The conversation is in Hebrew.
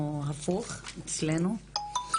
בוקר טוב לכולם ולכולן, או הפוך אצלנו.